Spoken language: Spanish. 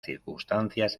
circunstancias